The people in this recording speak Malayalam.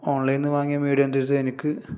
ഓൺലൈനിൽ നിന്ന് വാങ്ങിയാൽ മീഡിയം സൈസ് എനിക്ക്